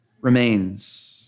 remains